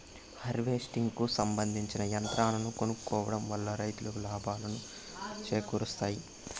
harvesting కు సంబందించిన యంత్రాలను కొనుక్కోవడం వల్ల రైతులకు లాభాలను చేకూరుస్తాయి